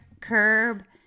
curb